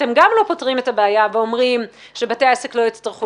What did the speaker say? אתם גם לא פותרים את הבעיה ואומרים שבתי העסק לא יצטרכו